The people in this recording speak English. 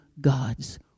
God's